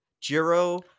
Jiro